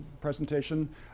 presentation